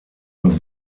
und